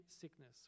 sickness